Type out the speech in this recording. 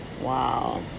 Wow